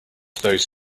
those